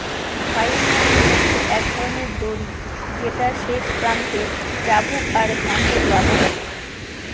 flail মানে হচ্ছে এক ধরনের দড়ি যেটার শেষ প্রান্তে চাবুক আর হ্যান্ডেল বাধা থাকে